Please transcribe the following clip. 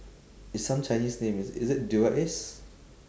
it's some chinese name is it is it dura-ace